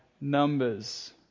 Numbers